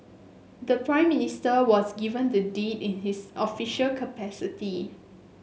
the Prime Minister was given the deed in his official capacity